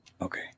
Okay